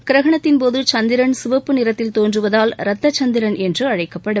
கிரஹணத்தின்போது சந்திரன் சிவப்பு நிறத்தில் தோன்றுவதால் ரத்த சந்திரன் என்று அழைக்கப்படும்